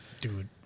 Dude